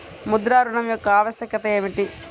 ముద్ర ఋణం యొక్క ఆవశ్యకత ఏమిటీ?